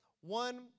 one